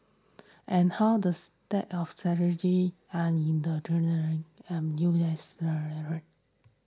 and how the of strategic and in the and U S